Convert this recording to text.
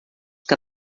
que